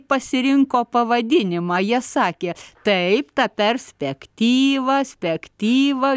pasirinko pavadinimą jie sakė taip tą perspektyvą spektyvą